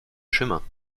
chemin